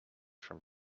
from